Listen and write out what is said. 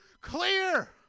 clear